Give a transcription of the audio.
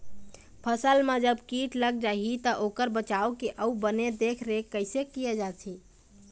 फसल मा जब कीट लग जाही ता ओकर बचाव के अउ बने देख देख रेख कैसे किया जाथे?